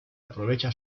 aprovecha